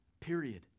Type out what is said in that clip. period